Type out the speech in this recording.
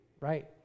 right